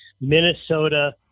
Minnesota